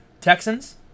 Texans